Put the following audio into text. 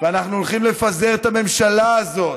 ואנחנו הולכים לפזר את הממשלה הזאת,